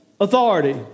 authority